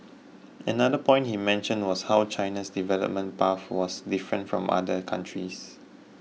another point he mentioned was how China's development path was different from other countries